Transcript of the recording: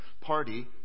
party